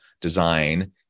design